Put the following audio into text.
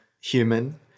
human